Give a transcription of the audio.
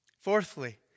Fourthly